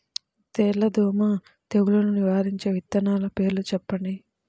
తెల్లదోమ తెగులును నివారించే విత్తనాల పేర్లు చెప్పండి?